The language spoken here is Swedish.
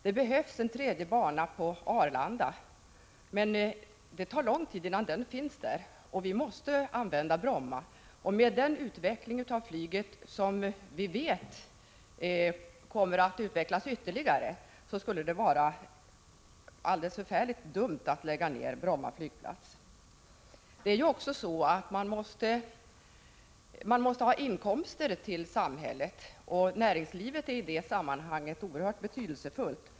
Det behövs och planeras för en tredje bana på Arlanda, men det tar lång tid innan den finns där, och vi måste därför använda Bromma. Med tanke på den ytterligare utveckling av flyget som vi vet kommer, skulle det även efter tredje banans tillkomst på Arlanda vara förfärligt fel att lägga ned Bromma flygplats. Man måste också ha inkomster till samhället. Näringslivet är i detta sammanhang oerhört betydelsefullt.